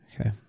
Okay